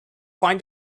find